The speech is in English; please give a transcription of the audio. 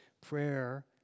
Prayer